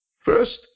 First